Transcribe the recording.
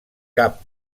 cap